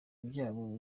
byabo